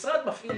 המשרד מפעיל